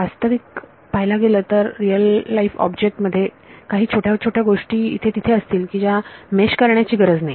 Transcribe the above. वास्तविक जीवनातील ऑब्जेक्ट मध्ये काही छोट्या छोट्या गोष्टी इथे तिथे असतील की ज्या मेश करण्याची गरज नाही